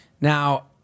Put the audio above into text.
Now